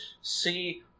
see